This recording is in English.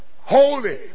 holy